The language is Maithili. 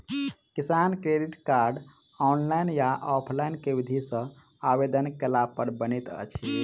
किसान क्रेडिट कार्ड, ऑनलाइन या ऑफलाइन केँ विधि सँ आवेदन कैला पर बनैत अछि?